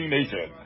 Nation